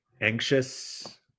anxious